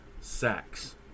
sacks